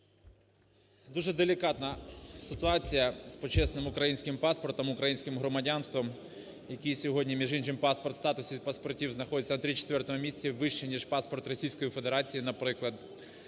Дуже делікатна ситуація з почесним українським паспортом, українським громадянством, який сьогодні між іншим в статусі паспортів знаходиться на 34 місці, вище, ніж паспорт Російської Федерації, наприклад.